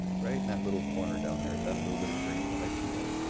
right in that little corner down there is that a little bit of green that i see there.